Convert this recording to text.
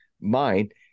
mind